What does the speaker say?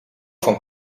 van